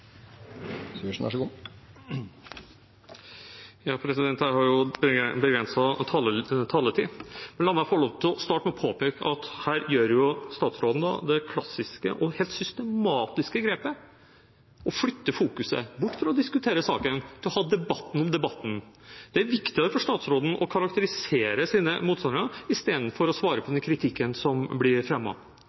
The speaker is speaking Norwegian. Jeg har begrenset taletid, men la meg få lov til å starte med å påpeke at her gjør statsråden det klassiske og helt systematiske grepet: flytte fokuset bort fra å diskutere saken til å ha debatt om debatten. Det er viktigere for statsråden å karakterisere sine motstandere enn å svare på den kritikken som blir